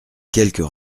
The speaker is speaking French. quelques